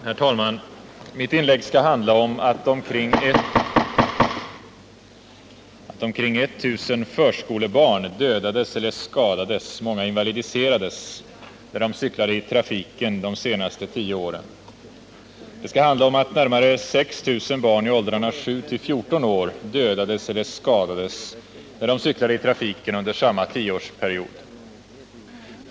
Herr talman! Mitt inlägg skall handla om att omkring 1 000 förskolebarn dödats eller skadats, många invalidiserats, när de cyklat i trafiken de senaste tio åren. Det skall handla om att närmare 6 000 barn i åldrarna sju-fjorton år dödades eller skadades när de cyklade i trafiken under samma tioårsperiod.